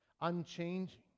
unchanging